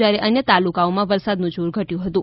જ્યારે અન્ય તાલુકાઓમાં વરસાદનું જોર ઘટ્યુ હતું